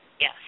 Yes